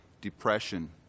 depression